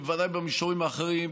ובוודאי במישורים האחרים,